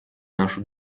нашу